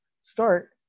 start